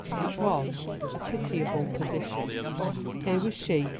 it was a pitiable position here was she,